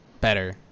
better